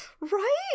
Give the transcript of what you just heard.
Right